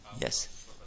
yes